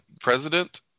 president